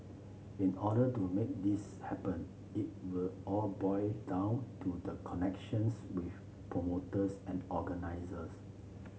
in order to make this happen it will all boil down to the connections with promoters and organisers